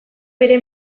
bere